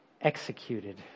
executed